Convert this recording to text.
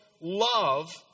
love